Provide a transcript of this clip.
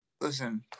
listen